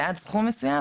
ועד סכום מסוים,